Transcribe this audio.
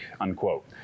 unquote